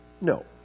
no